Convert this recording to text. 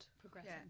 Progressive